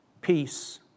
peace